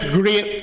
great